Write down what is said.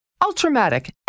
Ultramatic